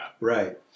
Right